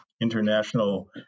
international